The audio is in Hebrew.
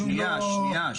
שנייה.